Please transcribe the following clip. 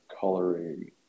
coloring